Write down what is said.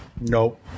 Nope